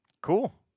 Cool